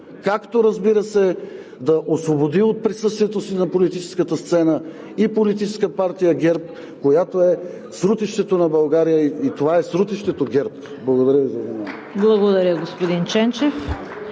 както, разбира се, да освободи от присъствието си на политическата сцена и политическа партия ГЕРБ, която е срутището на България и това е срутището ГЕРБ. Благодаря Ви за вниманието. (Ръкопляскания от